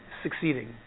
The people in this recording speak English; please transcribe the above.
succeeding